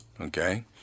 Okay